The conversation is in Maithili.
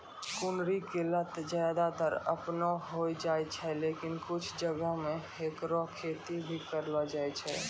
कुनरी के लत ज्यादातर आपनै होय जाय छै, लेकिन कुछ जगह मॅ हैकरो खेती भी करलो जाय छै